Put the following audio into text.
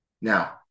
Now